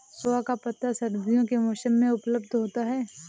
सोआ का पत्ता सर्दियों के मौसम में उपलब्ध होता है